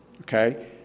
Okay